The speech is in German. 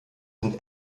sind